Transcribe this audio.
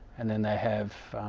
and then they have,